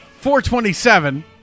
427